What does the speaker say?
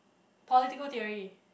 political theory